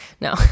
No